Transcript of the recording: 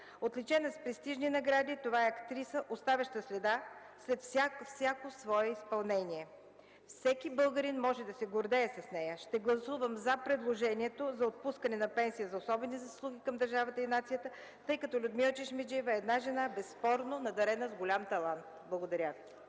Отличена с престижни награди, това е актриса, оставяща следа с всяко свое изпълнение. Всеки българин може да се гордее с нея! Ще гласувам „за” предложението за отпускане на пенсия за особени заслуги към държавата и нацията, тъй като Людмила Чешмеджиева е една жена, безспорно надарена с голяма талант. Благодаря.